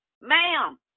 Ma'am